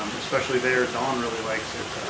um especially there, don really likes it,